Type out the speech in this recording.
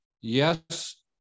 Yes